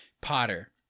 Potter